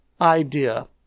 idea